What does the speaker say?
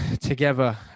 together